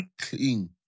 Clean